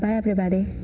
but everybody.